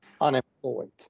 unemployed